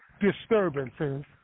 disturbances